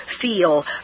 feel